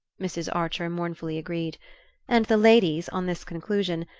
mrs. archer mournfully agreed and the ladies, on this conclusion,